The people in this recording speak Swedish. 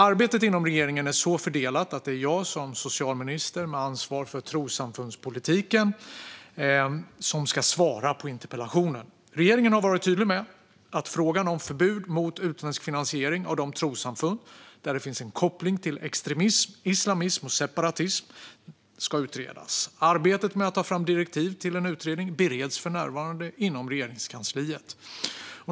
Arbetet inom regeringen är så fördelat att det är jag som socialminister med ansvar för trossamfundspolitiken som ska svara på interpellationen. Regeringen har varit tydlig med att frågan om förbud mot utländsk finansiering av de trossamfund där det finns en koppling till extremism, islamism och separatism ska utredas. Arbetet med att ta fram direktiv till en utredning bereds för närvarande inom Regeringskansliet.